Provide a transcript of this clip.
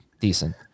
Decent